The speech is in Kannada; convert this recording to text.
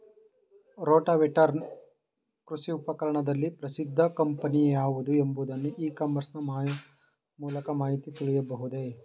ರೋಟಾವೇಟರ್ ಕೃಷಿ ಉಪಕರಣದಲ್ಲಿ ಪ್ರಸಿದ್ದ ಕಂಪನಿ ಯಾವುದು ಎಂಬುದನ್ನು ಇ ಕಾಮರ್ಸ್ ನ ಮೂಲಕ ಮಾಹಿತಿ ತಿಳಿಯಬಹುದೇ?